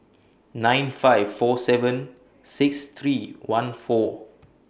nine five four seven six three one four